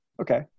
Okay